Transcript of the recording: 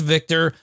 Victor